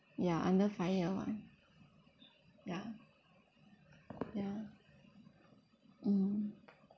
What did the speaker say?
ya under fire [one] ya ya mm